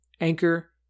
Anchor